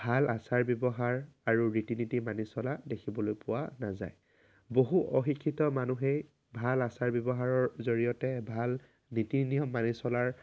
ভাল আচাৰ ব্যৱহাৰ আৰু ৰীতি নীতি মানি চলা দেখিবলৈ পোৱা নাযায় বহু অশিক্ষিত মানুহেই ভাল আচাৰ ব্যৱহাৰৰ জৰিয়তে ভাল নীতি নিয়ম মানি চলাৰ